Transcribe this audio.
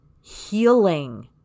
healing